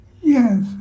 Yes